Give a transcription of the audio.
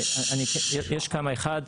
יש כמה, אחד,